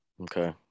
Okay